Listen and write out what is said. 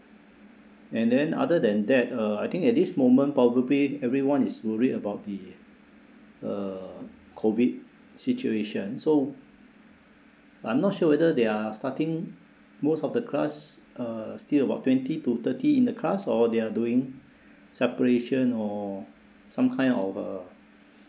and then other than that uh I think at this moment probably everyone is worried about the uh COVID situation so I'm not sure whether they are starting most of the class uh still about twenty to thirty in the class or they're doing separation or some kind of uh